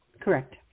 correct